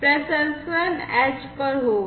प्रसंस्करण edge पर होगा